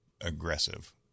aggressive